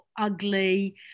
ugly